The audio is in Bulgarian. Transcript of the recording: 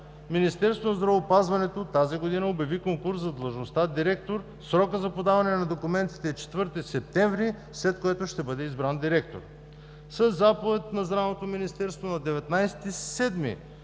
Министерството на здравеопазването обяви конкурс за длъжността „директор“. Срокът за подаване на документите е 4 септември, след което ще бъде избран директор. Със заповед на Здравното министерство на 19 юли